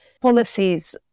policies